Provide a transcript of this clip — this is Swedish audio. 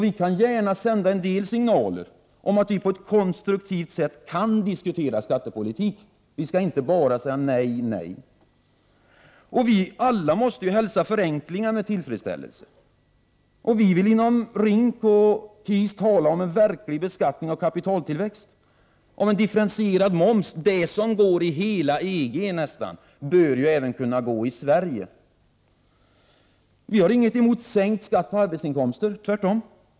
Vi kan gärna sända signaler om att vi på ett konstruktivt sätt kan diskutera skattepolitik. Viskallinte bara säga nej, nej. Alla måste ju hälsa förenklingar med tillfredsställelse. Vi vill inom RINK och KIS tala om en verklig beskattning av kapitaltillväxt och en differentierad moms. Det som går i nästan hela EG bör ju även kunna gå i Sverige. Vi har inget emot sänkt skatt på arbetsinkomster, tvärtom.